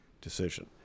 decision